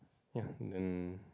ya and